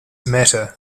matter